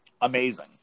Amazing